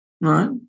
right